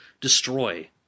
destroy